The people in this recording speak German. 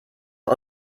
war